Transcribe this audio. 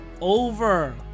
over